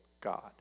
God